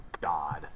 god